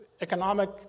economic